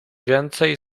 więcej